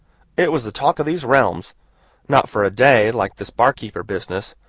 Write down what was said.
it was the talk of these realms not for a day, like this barkeeper business,